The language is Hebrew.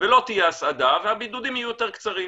ולא תהיה הסעדה והבידודים יהיו יותר קצרים.